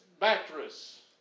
mattress